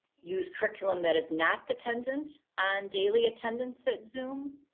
use curriculum that is not dependent on daily attendance at zoom.